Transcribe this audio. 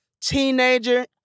teenager